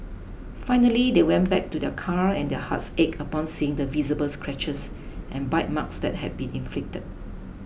finally they went back to their car and their hearts ached upon seeing the visible scratches and bite marks that had been inflicted